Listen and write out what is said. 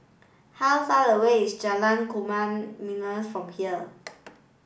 how far away is Jalan Kayu Manis from here